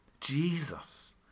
Jesus